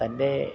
തൻറ്റേ